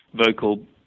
vocal